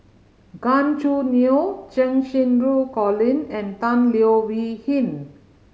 Gan Choo Neo Cheng Xinru Colin and Tan Leo Wee Hin